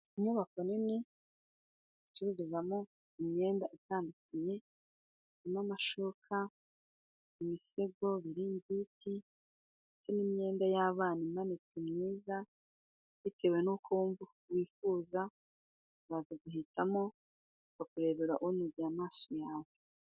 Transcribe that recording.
Inyubako nini icururizamo imyenda itandukanye irimo amashuka, imisego, ibiringiti ndetse n'imyenda y'abana imanitse myiza bitewe nuko wumva wifuza uraza uguhitamo ukakurebera unoge amaso yawe.